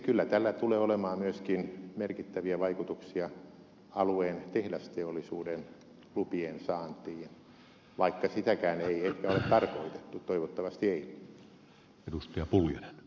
kyllä tällä tulee olemaan myöskin merkittäviä vaikutuksia alueen tehdasteollisuuden lupien saantiin vaikka sitäkään ei ehkä ole tarkoitettu toivottavasti ei